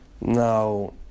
Now